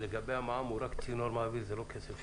הוא רק צינור מעביר, זה לא כסף שלו.